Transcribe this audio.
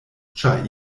ĉar